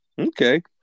Okay